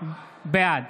בעד